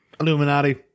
Illuminati